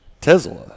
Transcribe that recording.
Tesla